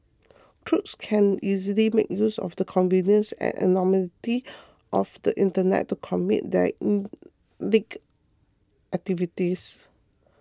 crooks can easily make use of the convenience and anonymity of the Internet to commit their illicit activities